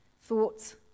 thoughts